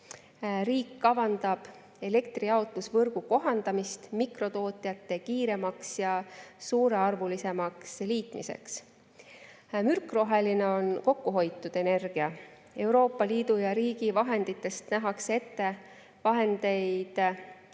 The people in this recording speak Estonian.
Riik kavandab elektri jaotusvõrgu kohandamist mikrotootjate kiiremaks ja suurearvulisemaks liitmiseks. Mürkroheline on kokkuhoitud energia. Euroopa Liidu ja riigi vahenditest nähakse ette vahendeid,